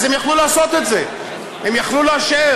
אז הם יכלו לעשות את זה, הם יכלו לאשר.